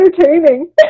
entertaining